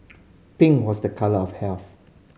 pink was the colour of health